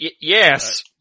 Yes